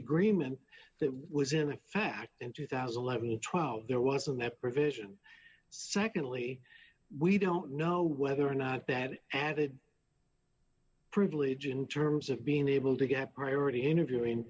agreement that was in a fact in two thousand level twelve there was an eprom vision secondly we don't know whether or not that added privilege in terms of being able to get priority interview in